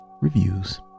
reviews